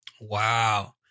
Wow